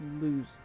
lose